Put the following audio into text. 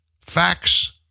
Facts